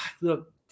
Look